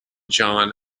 john